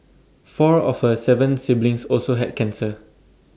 four of her Seven siblings also had cancer